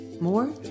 More